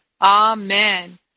Amen